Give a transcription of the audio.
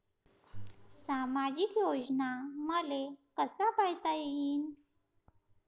सामाजिक योजना मले कसा पायता येईन?